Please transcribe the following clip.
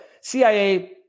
CIA